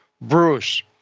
Bruce